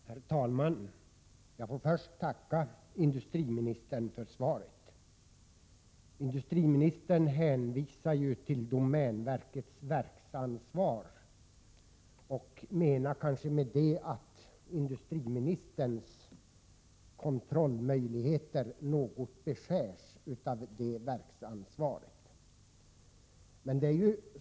Herr talman! Jag får först tacka industriministern för svaret. Industriministern hänvisar till domänverkets verksansvar. Industriministern menar då kanske att hans kontrollmöjligheter beskärs något av verksansvaret.